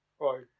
Right